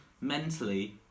mentally